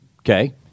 Okay